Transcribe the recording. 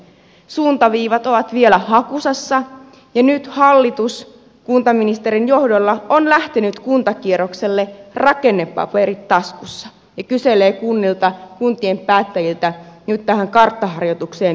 suuntaviivat ovat vielä hakusessa ja nyt hallitus kuntaministerin johdolla on lähtenyt kuntakierrokselle rakennepaperi taskussa ja kyselee kunnilta kuntien päättäjiltä nyt tähän karttaharjoitukseen mielipiteitä